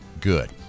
good